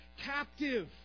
captive